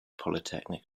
polytechnic